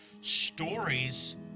stories